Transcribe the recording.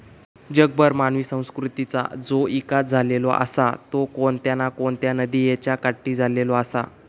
जगभर मानवी संस्कृतीचा जो इकास झालेलो आसा तो कोणत्या ना कोणत्या नदीयेच्या काठी झालेलो आसा